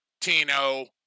Tino